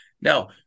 Now